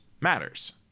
matters